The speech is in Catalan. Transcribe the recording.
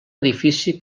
edifici